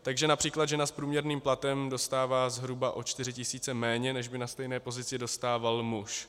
Takže například žena s průměrným platem dostává zhruba o čtyři tisíce méně, než by na stejné pozici dostával muž.